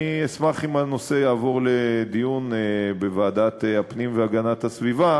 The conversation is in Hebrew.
אני אשמח אם הנושא יעבור לדיון בוועדת הפנים והגנת הסביבה,